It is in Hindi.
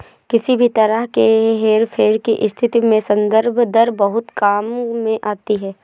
किसी भी तरह के हेरफेर की स्थिति में संदर्भ दर बहुत काम में आती है